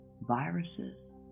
viruses